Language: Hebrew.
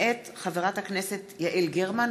מאת חברי הכנסת יוסי יונה,